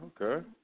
okay